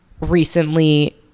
recently